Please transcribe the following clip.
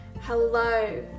Hello